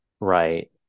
right